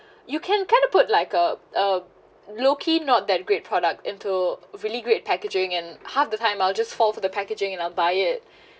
you can kind of put like a a looky not that great product into really great packaging and half the time I'll just fall for the packaging and I'll buy it